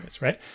Right